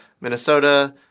Minnesota